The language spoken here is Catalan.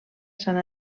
sant